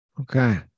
Okay